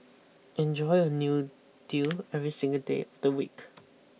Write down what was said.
enjoy a new deal every single day of the week